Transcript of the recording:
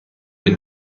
been